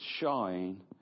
shine